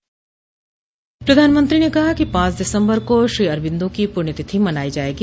प्रधानमंत्री ने कहा कि पांच दिसंबर को श्री अरबिंदो की पुण्यतिथि मनाई जाएगी